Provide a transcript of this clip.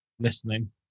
listening